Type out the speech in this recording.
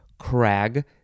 crag